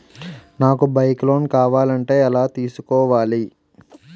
నాకు bike loan కావాలంటే ఎలా తీసుకోవాలి?